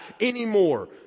anymore